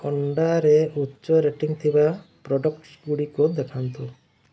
ଅଣ୍ଡାରେ ଉଚ୍ଚ ରେଟିଂ ଥିବା ପ୍ରଡ଼କ୍ଟ୍ଗୁଡ଼ିକ ଦେଖାନ୍ତୁ